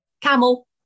Camel